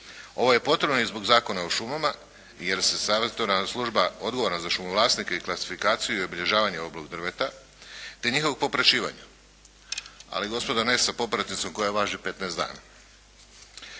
Ovo je potrebno i zbog Zakona o šumama jer se … /Govornik se ne razumije./ … služba odgovorna za šumovlasnike i klasifikaciju i obilježavanje oblog drveta te njihovog popraćivanja. Ali gospodo ne sa popratnicom koja važi 15 dana.